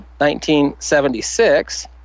1976